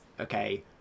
okay